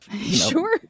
sure